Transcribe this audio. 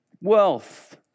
wealth